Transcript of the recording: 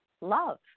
love